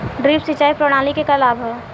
Drip सिंचाई प्रणाली के का लाभ ह?